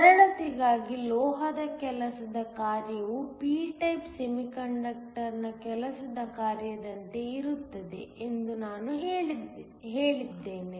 ಸರಳತೆಗಾಗಿ ಲೋಹದ ಕೆಲಸದ ಕಾರ್ಯವು p ಟೈಪ್ ಸೆಮಿಕಂಡಕ್ಟರ್ನ ಕೆಲಸದ ಕಾರ್ಯದಂತೆಯೇ ಇರುತ್ತದೆ ಎಂದು ನಾನು ಹೇಳಲಿದ್ದೇನೆ